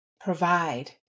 provide